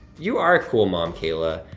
you are a cool mom, kayla.